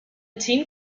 team